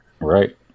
right